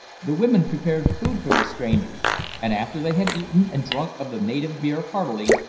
the women prepared food for the strangers and after they had eaten and drunk of the native beer heartily,